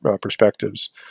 perspectives